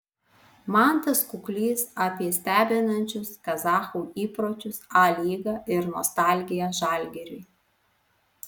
mantas kuklys apie stebinančius kazachų įpročius a lygą ir nostalgiją žalgiriui